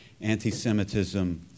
anti-Semitism